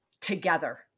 together